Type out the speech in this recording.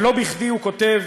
ולא בכדי הוא כותב,